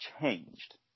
changed